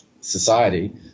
society